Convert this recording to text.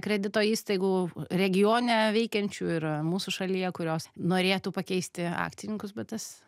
kredito įstaigų regione veikiančių ir mūsų šalyje kurios norėtų pakeisti akcininkus bet tas